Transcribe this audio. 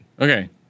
okay